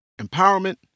empowerment